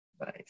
Nice